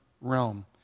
realm